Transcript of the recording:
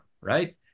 right